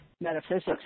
metaphysics